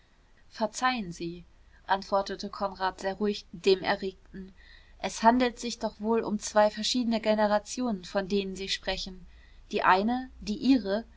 verzeihen sie antwortete konrad sehr ruhig dem erregten es handelt sich doch wohl um zwei verschiedene generationen von denen sie sprechen die eine die ihre